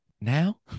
now